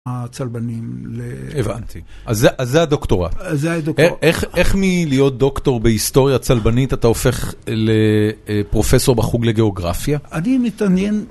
הצלבנים... אז זה הדוקטורט. איך מלהיות דוקטור בהיסטוריה צלבנית אתה הופך לפרופסור בחוג לגיאוגרפיה? אני מתעניין.